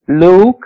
Luke